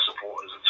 supporters